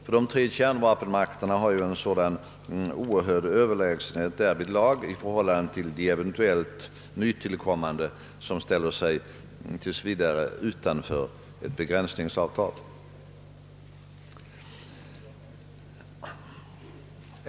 Ty de tre kärnvapenmakterna har ju en sådan oerhörd överlägsenhet därvidlag i förhållande till eventuellt nytillkommande kärnvapenmakter som tills vidare ställer sig utanför alla begränsningsavtal.